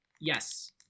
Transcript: Yes